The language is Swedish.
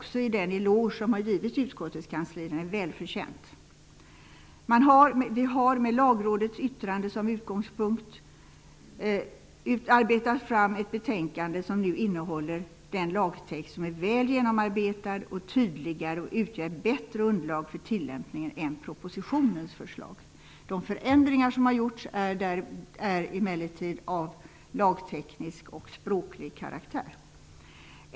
Ett intensivt och ytterst kompetent arbete av detta kansli har, med lagrådets yttrande som utgångspunkt, lett till att det betänkande som nu föreligger innehåller en lagtext som är väl genomarbetad. Den är tydligare och utgör ett bättre underlag för tillämpningen än propositionens förslag. De förändringar som har gjorts är av lagteknisk och språklig karaktär.